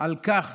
על כך